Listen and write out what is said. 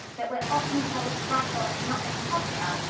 that we're often told to brush off and not make a fuss about,